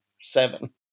seven